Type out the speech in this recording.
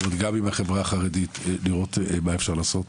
גם עם החברה החרדית לראות מה אפשר לעשות,